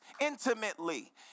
intimately